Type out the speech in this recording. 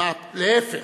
להפך.